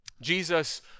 Jesus